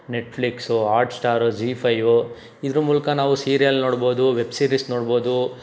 Netflix Hotstar Zee five ಇದರ ಮೂಲಕ ನಾವು ಸೀರಿಯಲ್ ನೋಡ್ಬೋದು ವೆಬ್ಸೀರೀಸ್ ನೋಡ್ಬೋದು